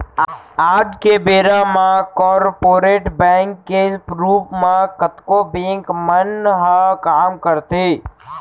आज के बेरा म कॉरपोरेट बैंक के रूप म कतको बेंक मन ह काम करथे